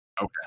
Okay